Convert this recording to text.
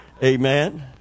Amen